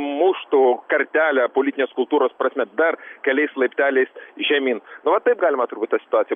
muštų kartelę politinės kultūros prasme dar keliais laipteliais žemyn nu va taip turbūt galima tą situaciją